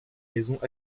maisons